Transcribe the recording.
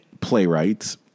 playwrights